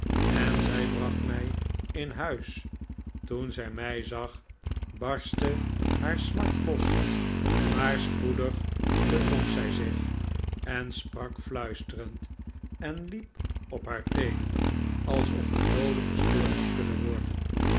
en zij bracht mij in huis toen zij mij zag barstte haar smart los maar spoedig bedwong zij zich en sprak fluisterend en liep op haar teenen alsof de doode gestoord had kunnen worden